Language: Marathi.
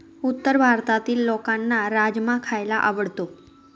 उत्तर भारतातील लोकांना राजमा खायला आवडतो